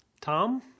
Tom